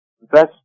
best